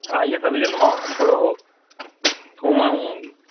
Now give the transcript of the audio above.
हा हीअ त विझंदोमाव थोरो थूम ऐं